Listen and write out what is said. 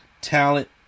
talent